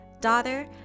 daughter